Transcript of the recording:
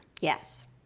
Yes